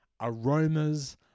aromas